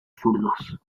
zurdos